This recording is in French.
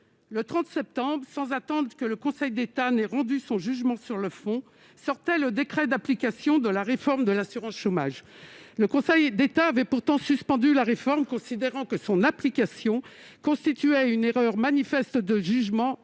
le 30 septembre, sans attendre que le Conseil d'État ait rendu son jugement sur le fond, sortait le décret d'application de la réforme de l'assurance chômage. Le Conseil d'État avait pourtant suspendu la réforme, considérant que son application constituait « une erreur manifeste de jugement